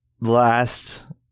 last